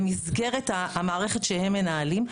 במסגרת המערכת שהם מנהלים,